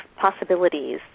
possibilities